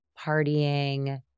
partying